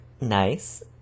nice